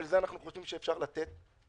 ואת זה אנחנו חושבים שאפשר לתת.